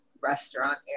restaurant